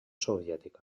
soviètica